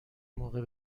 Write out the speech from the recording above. موقع